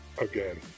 Again